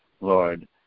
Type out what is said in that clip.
Lord